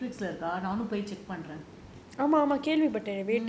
வேட்டை இருக்கா நானும் போய் பண்றேன்:vettai irukkaa naanum poi pandraen